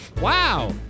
Wow